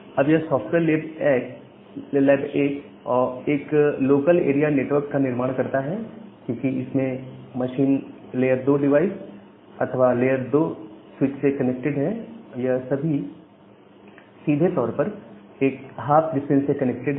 अब यह software lab 1 एक लोकल एरिया नेटवर्क का निर्माण करता है क्योंकि इसमें मशीन लेयर 2 डिवाइस अथवा लेयर 2 स्विच से कनेक्टेड है यह सभी सीधे तौर पर एक हाफ डिस्टेंस से कनेक्टेड है